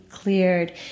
cleared